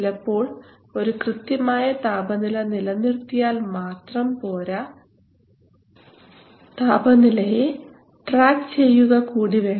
ചിലപ്പോൾ ഒരു കൃത്യമായ താപനില നിലനിർത്തിയാൽ മാത്രം പോരാ താപനിലയെ ട്രാക്ക് ചെയ്യുക കൂടി വേണം